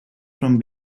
from